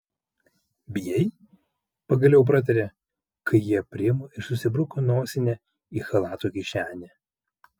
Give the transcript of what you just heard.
bijai pagaliau pratarė kai ji aprimo ir susibruko nosinę į chalato kišenę